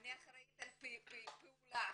אני אחראית על הפעולה.